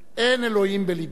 אין אלוהים בלבם,